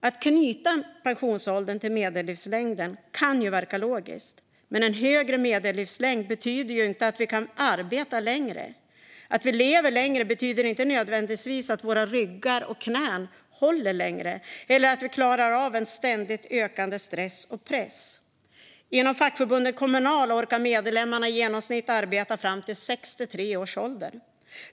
Att knyta pensionsåldern till medellivslängden kan verka logiskt, men en högre medellivslängd betyder inte att vi kan arbeta längre. Att vi lever längre betyder inte nödvändigtvis att våra ryggar och knän håller längre eller att vi klarar av en ständigt ökande stress och press. Inom fackförbundet Kommunal orkar medlemmarna i genomsnitt arbeta fram till 63 års ålder.